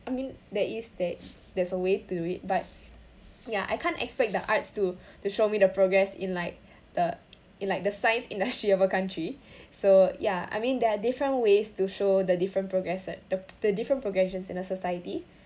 I mean there is that there's a way to it but ya I can't expect the arts to to show me the progress in like the in like the science industry of a country so ya I mean there are different ways to show the different progress that the different progression in a society